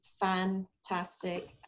Fantastic